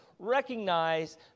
recognize